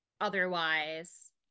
otherwise